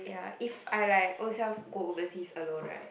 ya if I like ourselves go overseas alone right